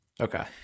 Okay